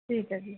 ਠੀਕ ਹੈ ਜੀ